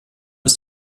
ist